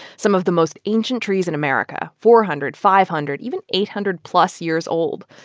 some of the most ancient trees in america four hundred, five hundred, even eight hundred plus years old.